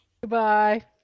Goodbye